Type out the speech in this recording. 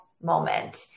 moment